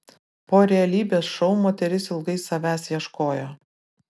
po realybės šou moteris ilgai savęs ieškojo